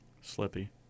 Slippy